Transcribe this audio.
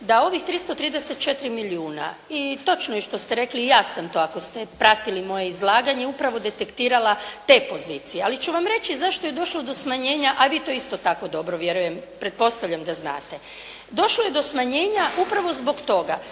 da ovih 334 milijuna i točno je što ste rekli, ja sam to ako ste pratili moje izlaganje upravo detektirala te pozicije. Ali ću vam reći zašto je došlo do smanjenja, a vi to isto tako vjerujem pretpostavljam znate, došlo je do smanjenja upravo zbog toga